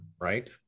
Right